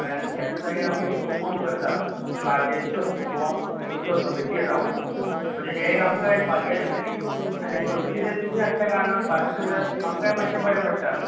कळ्ळें आनी त्या त्या जाग्यार आमी पर्फोम करता बार्देशचो शिगमो उत्सव समिती जावन म्हणजे हे एक आमकां भाग्य कशएं न्हय आनी समिती जर तुमी आसल्या कारणान बार्देशान आमकाय मातशें बरे पडटा